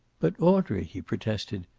but, audrey, he protested,